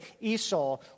Esau